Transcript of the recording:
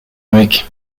make